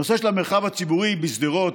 בנושא של המרחב הציבורי בשדרות,